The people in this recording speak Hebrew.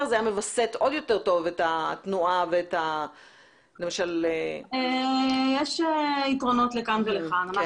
זה היה מווסת עוד יותר את התנועה ולמשל --- יש יתרונות לכאן ולכאן.